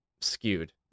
skewed